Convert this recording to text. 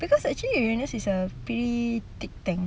cause actually uranus is a pretty thick tank